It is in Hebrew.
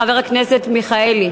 חבר הכנסת מיכאלי,